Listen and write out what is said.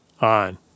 on